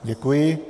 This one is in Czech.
Děkuji.